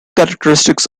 characteristics